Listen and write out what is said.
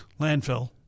landfill